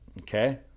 Okay